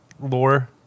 lore